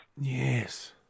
Yes